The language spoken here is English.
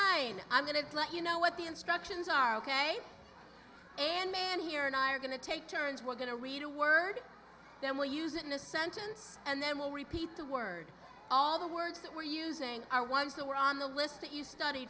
not i i'm going to let you know what the instructions are ok and man here and i are going to take turns we're going to read a word then we'll use it in a sentence and then we'll repeat the word all the words that we're using are ones that were on the list that you stud